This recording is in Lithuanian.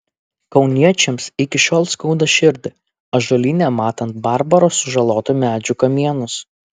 kauniečiams iki šiol skauda širdį ąžuolyne matant barbaro sužalotų medžių kamienus